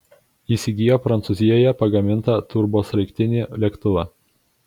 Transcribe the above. įsigijo prancūzijoje pagamintą turbosraigtinį lėktuvą